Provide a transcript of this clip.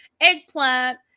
eggplant